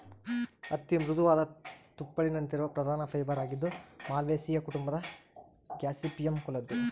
ಹತ್ತಿ ಮೃದುವಾದ ತುಪ್ಪುಳಿನಂತಿರುವ ಪ್ರಧಾನ ಫೈಬರ್ ಆಗಿದ್ದು ಮಾಲ್ವೇಸಿಯೇ ಕುಟುಂಬದ ಗಾಸಿಪಿಯಮ್ ಕುಲದ್ದು